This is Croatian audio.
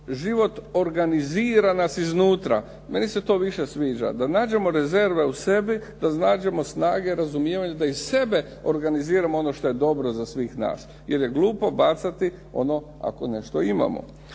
život organizira nas iznutra. Meni se to više sviđa da nađemo rezerve u sebi, da nađemo snage, razumijevanja, da iz sebe organiziramo ono što je dobro za svih nas jer je glupo bacati ono ako nešto imamo.